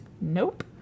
Nope